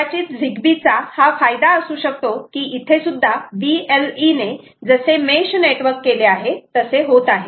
कदाचित झिगबी चा हा फायदा असू शकतो की इथेसुद्धा BLE ने जसे मेश नेटवर्क केले आहे तसे होत आहे